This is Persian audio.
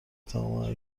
تمامی